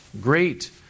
great